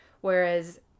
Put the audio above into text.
Whereas